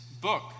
book